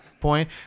point